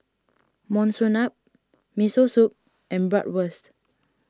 Monsunabe Miso Soup and Bratwurst